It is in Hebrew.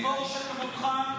גיבור שכמותך.